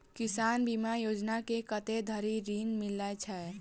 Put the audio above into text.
किसान बीमा योजना मे कत्ते धरि ऋण मिलय छै?